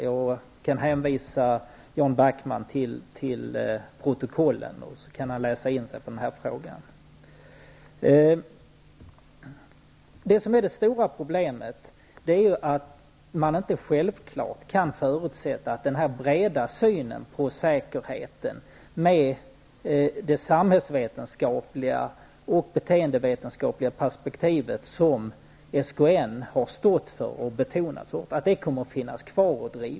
Jag kan hänvisa Jan Backman till protokollen, där han kan läsa in sig på den frågan. Det stora problemet är att man inte självklart kan förutsätta att den breda synen på säkerheten, med det samhälls och beteendevetenskapliga perspektiv som SKN har stått för och betonat, kommer att finnas kvar.